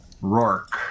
Rourke